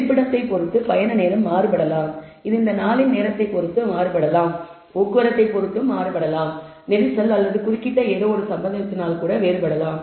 இருப்பிடத்தைப் பொறுத்து பயண நேரம் மாறுபடலாம் இது அந்த நாளின் நேரத்தைப் பொறுத்து மாறுபடலாம் போக்குவரத்தைப் பொறுத்து மாறுபடலாம் நெரிசல் அல்லது குறுக்கிட்ட ஏதோ ஒரு சம்பவத்தினால் கூட வேறுபடலாம்